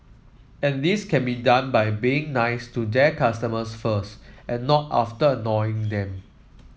and this can be done by being nice to their customers first and not after annoying them